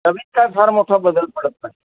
चवीत काय फार मोठा बदल पडत नाही